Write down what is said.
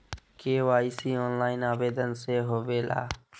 KYC online आवेदन से होवे ला?